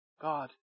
God